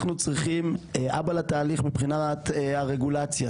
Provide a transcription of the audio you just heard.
אנחנו צריכים אבא לתהליך מבחינת הרגולציה.